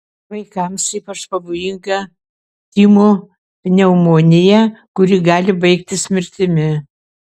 vaikams ypač pavojinga tymų pneumonija kuri gali baigtis mirtimi